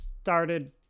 started